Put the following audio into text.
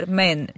men